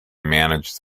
manages